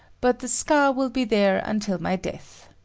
but the scar will be there until my death.